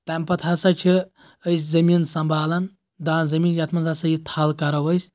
تَمہِ پَتہٕ ہسا چھِ أسۍ زٔمیٖن سَمبالَان دانہِ زٔمیٖن یَتھ منٛز ہسا یہِ تھل کرو أسۍ